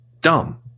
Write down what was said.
dumb